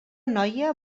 noia